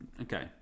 okay